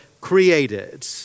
created